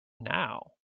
now